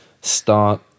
start